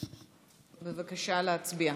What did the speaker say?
בבקשה להצביע.